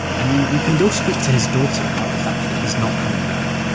i mean, you can go speak to his daughter about the fact that he's not coming back.